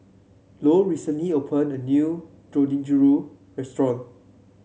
Lou recently opened a new Dangojiru Restaurant